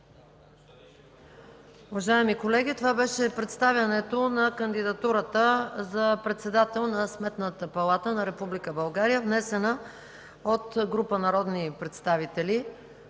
Уважаеми колеги, това беше представянето на кандидатурата за председател на Сметната палата на Република България, внесена от група народни представители.